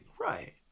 Right